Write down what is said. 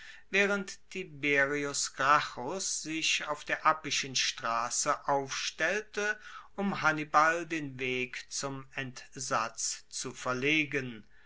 waehrend tiberius gracchus sich auf der appischen strasse aufstellte um hannibal den weg zum entsatz zu verlegen